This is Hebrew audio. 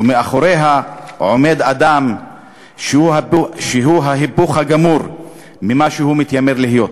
ומאחוריה עומד אדם שהוא ההיפוך הגמור ממה שהוא מתיימר להיות.